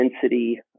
density